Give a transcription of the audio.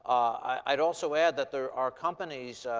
i'd also add that there are companies,